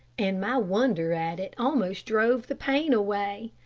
and my wonder at it almost drove the pain away.